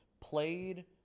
played